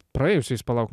praėjusiais palauk